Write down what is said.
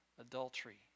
adultery